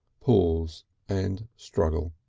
pause and struggle.